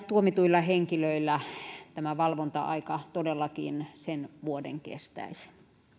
tuomituilla henkilöillä valvonta aika todellakin sen vuoden kestäisi